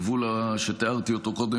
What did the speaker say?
הגבול שתיארתי אותו קודם,